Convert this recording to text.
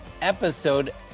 episode